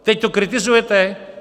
Teď to kritizujete?